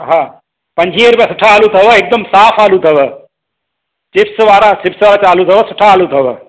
हा पंजवीहें रुपये सुठा आलू अथव हिकदमि साफ़ु आलू अथव चिप्स वारा चिप्स वारा चालू अथव सुठा आलू अथव